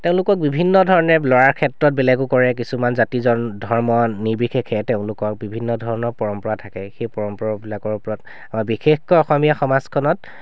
তেওঁলোকক বিভিন্ন ধৰণে ল'ৰাৰ ক্ষেত্ৰত বেলেগো কৰে কিছুমান জাতি জন ধৰ্ম নিৰ্বিশেষে তেওঁলোকৰ বিভিন্ন ধৰণৰ পৰম্পৰা থাকে সেই পৰম্পৰাবিলাকৰ ওপৰত আৰু বিশেষকৈ অসমীয়া সমাজখনত